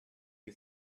you